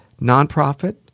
nonprofit